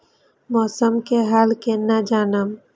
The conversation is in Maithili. मौसम के हाल केना जानब?